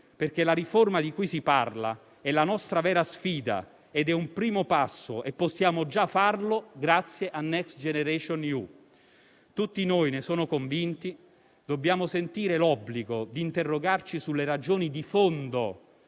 perché la riforma di cui si parla è la nostra vera sfida ed è un primo passo e possiamo già farlo grazie a Next generation EU. Tutti noi - ne sono convinto - dobbiamo sentire l'obbligo di interrogarci sulle ragioni di fondo